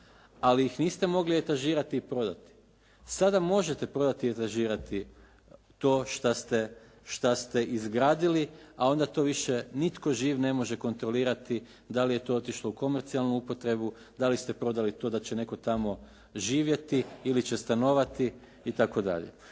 ali ih niste mogli etažirati i prodati. Sada možete prodati i etažirati to što ste izgradili, a onda to više nitko ne može kontrolirati dali je to otišlo u komercijalnu upotrebu, dali ste prodali to da će netko tamo živjeti ili stanovati itd.